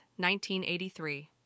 1983